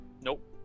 nope